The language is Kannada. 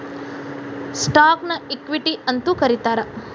ಸ್ಟಾಕ್ನ ಇಕ್ವಿಟಿ ಅಂತೂ ಕರೇತಾರ